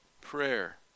prayer